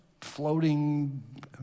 floating